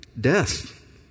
death